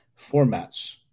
formats